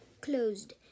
closed